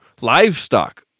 livestock